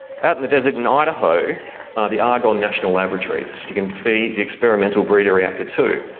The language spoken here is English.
out in the desert in idaho, are the argonne national laboratories. you can see experimental breeder reactor two.